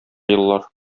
еллар